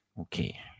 okay